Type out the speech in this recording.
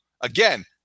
again